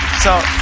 so